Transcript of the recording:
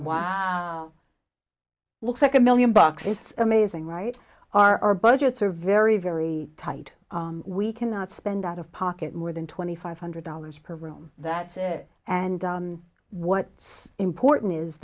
why looks like a million bucks it's amazing right our budgets are very very tight we cannot spend out of pocket more than twenty five hundred dollars per room that's it and what it's important is